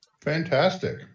fantastic